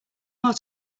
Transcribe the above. more